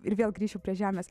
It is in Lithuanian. ir vėl grįšiu prie žemės